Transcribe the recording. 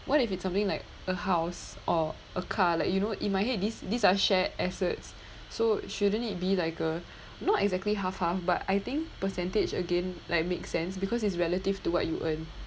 what if it's something like a house or a car like you know in my head these these are shared assets so shouldn't it be like a not exactly half half but I think percentage again like make sense because it's relative to what you earn